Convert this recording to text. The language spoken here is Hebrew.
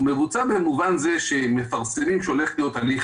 הוא מבוצע במובן זה שמפרסמים שהולך להיות הליך